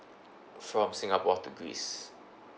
from singapore to greece